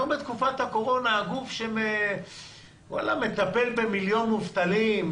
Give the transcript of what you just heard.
היום בתקופת הקורונה הגוף שמטפל במיליון מובטלים,